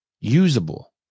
usable